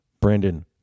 Brandon